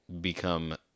become